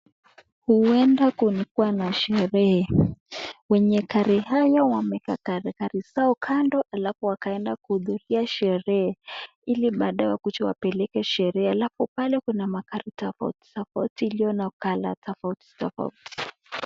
Huenda kulikuwa na sherehe. Wenye gari haya wameeka gari gari zao kando halafu wakaenda kuhudhuria sherehe ili baadae wakuje wapeleke sherehe halafu pale kuna magari tafauti tafauti iliyo na color tafauti tafauti.